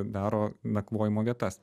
daro nakvojimo vietas